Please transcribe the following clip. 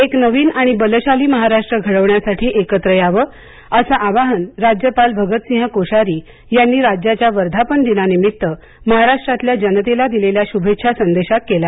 एक नवीन आणि बलशाली महाराष्ट्र घडविण्यासाठी एकत्र यावं असं आवाहन राज्यपाल भगतसिंह कोश्यारी यांनी राज्याच्या वर्धापनदिनानिमित्त महाराष्ट्रातल्या जनतेला दिलेल्या शुभेच्छा संदेशात केलं